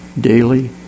daily